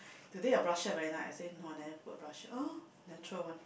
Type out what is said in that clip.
today your blusher very nice I say no I never put blusher oh natural one